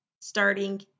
starting